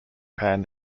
pan